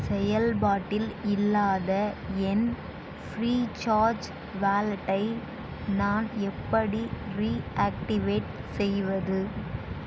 செயல்பாட்டில் இல்லாத என் ஃப்ரீ சார்ஜ் வாலெட்டை நான் எப்படி ரீஆக்டிவேட் செய்வது